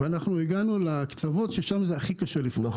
הגענו לקצוות שבהם הכי קשה לפרוס.